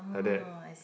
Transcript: like that